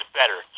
better